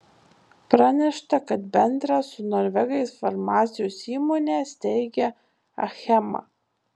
pranešta kad bendrą su norvegais farmacijos įmonę steigia achema